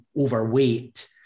overweight